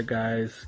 guys